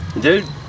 dude